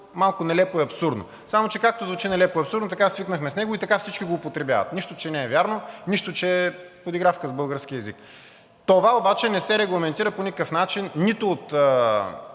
малко нелепо и абсурдно. Само че, както звучи нелепо и абсурдно, така свикнахме с него и така всички го употребяват – нищо, че не е вярно, нищо, че е подигравка с българския език. Това обаче не се регламентира по никакъв начин нито от